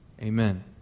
Amen